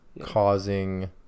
causing